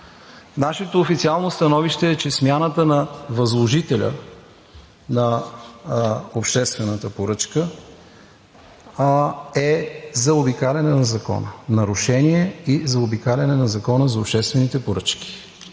Нашето официално становище е, че смяната на възложителя на обществената поръчка е нарушение и заобикаляне на Закона за обществените поръчки.